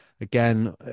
again